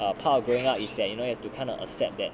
part of growing up is that you know you have to kind accept that